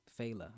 Fela